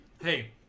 Hey